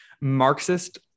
Marxist